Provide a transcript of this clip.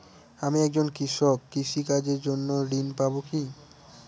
আমি একজন কৃষক কৃষি কার্যের জন্য ঋণ পাব কি?